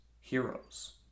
Heroes